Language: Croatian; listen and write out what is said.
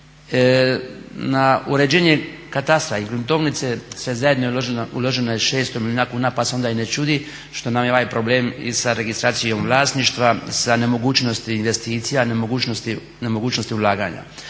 Na uređenje katastra i gruntovnice sve zajedno je uloženo 600 milijuna kuna pa se ona i ne čudi što nam je ovaj problem i sa registracijom vlasništva, sa nemogućnosti investicija, nemogućnosti ulaganja,